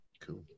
cool